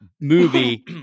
movie